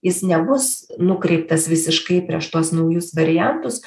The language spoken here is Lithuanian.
jis nebus nukreiptas visiškai prieš tuos naujus variantus